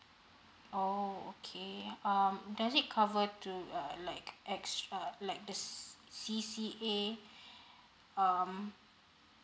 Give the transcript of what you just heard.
oh okay um does it cover to uh like extra like the C_C_A um